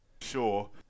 sure